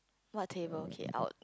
what table okay out